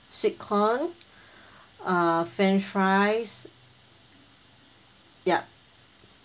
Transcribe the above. sweet corn uh french fries yup